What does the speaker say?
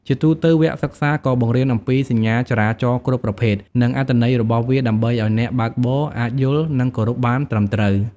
ជាទួទៅ វគ្គសិក្សាក៏បង្រៀនអំពីសញ្ញាចរាចរណ៍គ្រប់ប្រភេទ និងអត្ថន័យរបស់វា ដើម្បីឲ្យអ្នកបើកបរអាចយល់ និងគោរពបានត្រឹមត្រូវ។